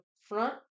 front